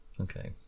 Okay